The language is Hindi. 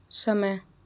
समय